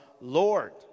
Lord